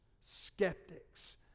skeptics